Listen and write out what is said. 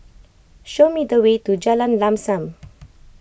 show me the way to Jalan Lam Sam